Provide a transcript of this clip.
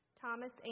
Thomas